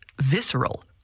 visceral